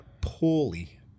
poorly